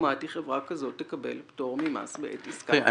אוטומטי חברה כזאת תקבל פטור ממס בעת עסקת מכירה?